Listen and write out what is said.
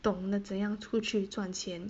懂得怎样出去赚钱